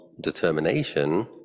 determination